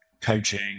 coaching